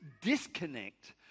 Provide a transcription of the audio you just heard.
disconnect